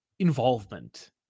involvement